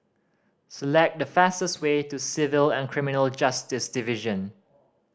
select the fastest way to Civil and Criminal Justice Division